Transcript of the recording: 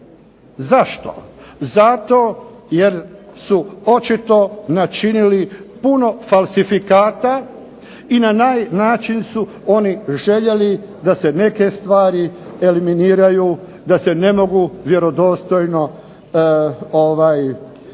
Zašto? Zato jer su očito načinili puno falsifikata i na naj način su oni željeli da se neke stvari eliminiraju, da se ne mogu vjerodostojno iskazati